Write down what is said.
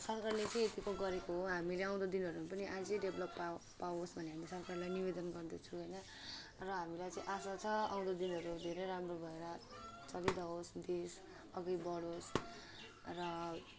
सरकारले चाहिँ यतिको गरेको हो हामीले आउँदो दिनहरूमा पनि अझै डेभलप पावो पावोस् भन्ने हामीले सरकरलाई निवेदन गर्दछु होइन र हामीलाई चाहिँ आशा छ आउँदो दिनहरू धेरै राम्रो भएर चलिरहोस् देश अघि बढोस् र